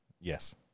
yes